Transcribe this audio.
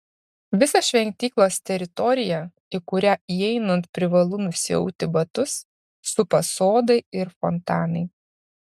visą šventyklos teritoriją į kurią įeinant privalu nusiauti batus supa sodai ir fontanai